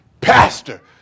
pastor